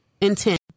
intent